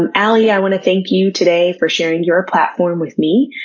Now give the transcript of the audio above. and alie, i want to thank you today for sharing your platform with me.